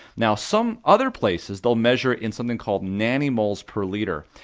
now some other places they'll measure in something called nanomoles per liter,